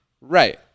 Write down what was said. Right